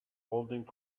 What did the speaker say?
holding